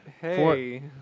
Hey